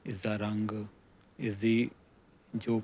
ਇਸ ਦਾ ਰੰਗ ਇਸ ਦੀ ਜੋ